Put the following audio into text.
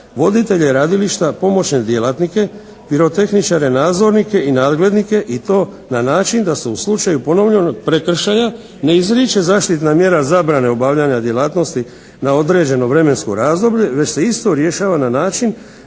voditelje radilišta, pomoćnike djelatnike, pirotehničare nadzornike i nadglednike i to na način da se u slučaju ponovnog prekršaja ne izriče zaštitna mjera zabrane obavljanja djelatnosti na određeno vremensko razdoblje već se isto rješava na način